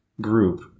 group